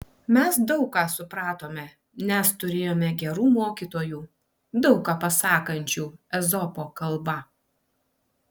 mes daug ką supratome nes turėjome gerų mokytojų daug ką pasakančių ezopo kalba